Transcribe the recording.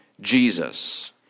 Jesus